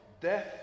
death